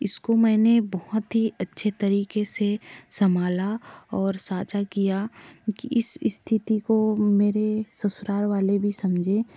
इसको मैंने बहुत ही अच्छे तरीके से संभाला और साझा किया कि इस स्थिति को मेरे ससुराल वाले भी समझे